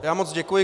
Já moc děkuji.